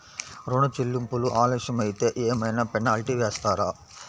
ఋణ చెల్లింపులు ఆలస్యం అయితే ఏమైన పెనాల్టీ వేస్తారా?